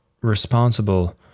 responsible